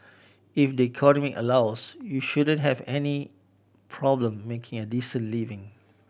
if the economy allows you shouldn't have any problem making a decent living